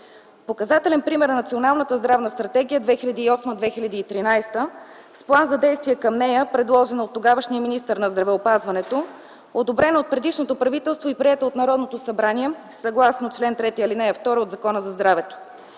Показателен пример е Националната здравна стратегия 2008-2013 г. с план за действие към нея, предложен от тогавашния министър на здравеопазването, одобрена от предишното правителство и приета от Народното събрание, съгласно чл. 3, ал. 2 от Закона за здравето.